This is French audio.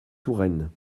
touraine